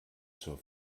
zur